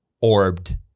orbed